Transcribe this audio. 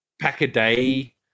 pack-a-day